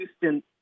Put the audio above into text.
Houston